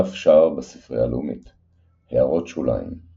דף שער בספרייה הלאומית == הערות שוליים ==